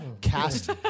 Cast